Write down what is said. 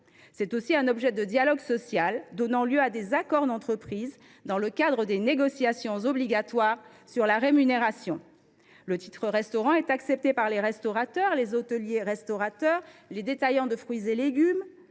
aussi un objet de dialogue social, donnant lieu à des accords d’entreprise dans le cadre des négociations obligatoires sur la rémunération. Le titre restaurant est accepté par les restaurateurs, les hôteliers restaurateurs, les détaillants en fruits et légumes